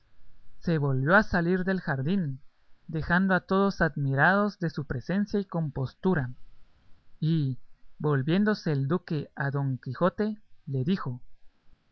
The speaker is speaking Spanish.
se volvió a salir del jardín dejando a todos admirados de su presencia y compostura y volviéndose el duque a don quijote le dijo